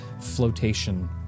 flotation